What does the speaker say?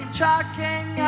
chalking